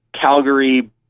Calgary